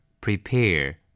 Prepare